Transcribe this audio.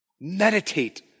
meditate